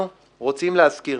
אנחנו רוצים להזכיר